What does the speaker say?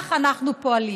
כך אנחנו פועלים.